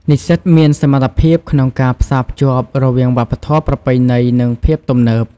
និស្សិតមានសមត្ថភាពក្នុងការ ផ្សារភ្ជាប់ រវាងវប្បធម៌ប្រពៃណី និងភាពទំនើប។